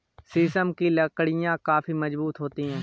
शीशम की लकड़ियाँ काफी मजबूत होती हैं